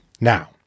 Now